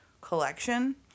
collection